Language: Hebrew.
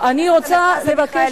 אני רוצה לבקש שיראו את זה,